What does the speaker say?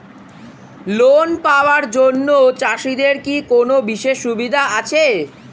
Loan পাওয়ার জন্য চাষিদের কি কোনো বিশেষ সুবিধা আছে?